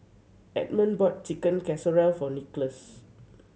Edmund bought Chicken Casserole for Nicolas